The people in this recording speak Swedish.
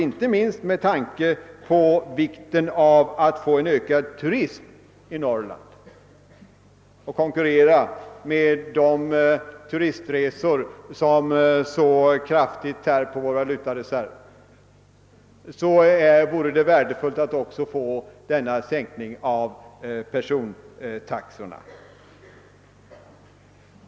Inte minst med tanke på vikten av en ökad turism i Norrland, som kan kon 'kurrera med de turistresor som så kraftigt tär på den svenska valutareserven, vore det värdefullt att också få till stånd en sänkning av persontaxorna.